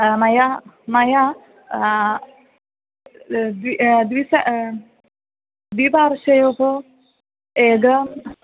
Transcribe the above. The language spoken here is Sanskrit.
मया मया द्वि द्विस द्विवर्षयोः एकं